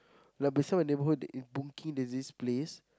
no beside my neighborhood boonkeng there's this place